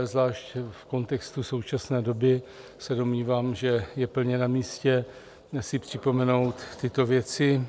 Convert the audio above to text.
Zvlášť v kontextu současné doby se domnívám, že je plně namístě si připomenout tyto věci.